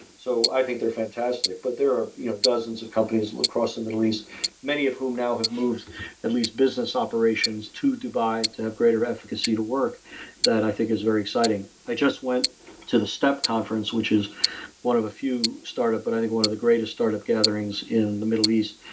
so i think they're fantastic, but there you know dozens of companies across the middle east many of whom now have moved at least business operations to dubai to have greater efficacy to work that i think is very exciting. i just went to the step conference, which is one of a few startup, but i think one of the greatest startup gatherings in the middle east.